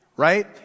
Right